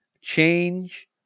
change